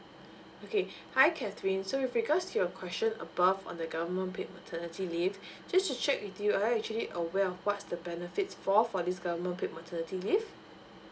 okay hi catherine so with regard to your question above on the government paid maternity leave just to check with you are you actually aware of what's the benefits for for this government paid maternity leave